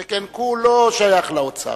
שכן כולו שייך לאוצר.